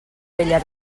vella